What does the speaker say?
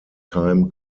time